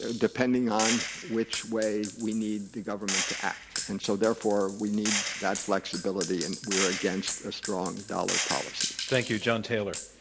ah depending on which way we need the government to act. and so, therefore, we need that flexibility and we are against a strong dollar policy. thank you. john taylor.